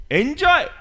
enjoy